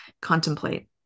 contemplate